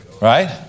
Right